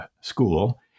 school